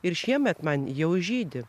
ir šiemet man jau žydi